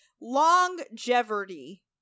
longevity